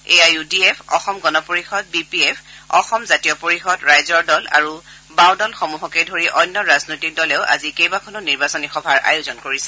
A I U D F Asom Gana Parishad B P F Asom Jatiya Parishad Raijor Dal আৰু বাওদলসমূহকে ধৰি অন্য ৰাজনৈতিক দলেও আজি কেইবাখনো নিৰ্বাচনী সভাৰ আয়োজন কৰিছে